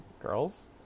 Girls